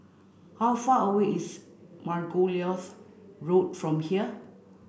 how far away is Margoliouth Road from here